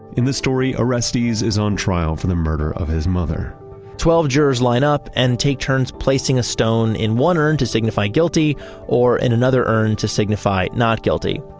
in this story, orestes his own trial for the murder of his mother twelve jurors line up and take turns placing a stone in one urn to signify guilty or in another urn to signify not guilty.